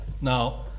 Now